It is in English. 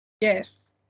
yes